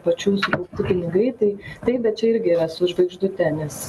pačių sukaupti pinigai tai taip bet čia irgi yra su žvaigždute nes